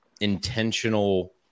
intentional –